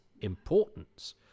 importance